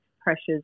pressures